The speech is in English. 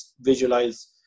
visualize